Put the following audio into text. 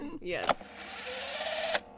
yes